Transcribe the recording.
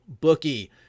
Bookie